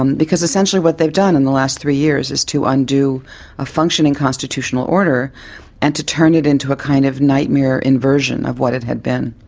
um because essentially what they've done in the last three years is to undo a functioning constitutional order and to turn it into a kind of nightmare inversion of what it had been.